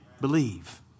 Believe